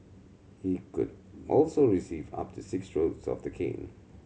he could also receive up to six strokes of the cane